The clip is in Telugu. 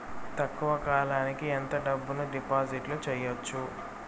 తక్కువ కాలానికి ఎంత డబ్బును డిపాజిట్లు చేయొచ్చు?